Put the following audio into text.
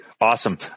Awesome